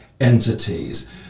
entities